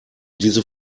diese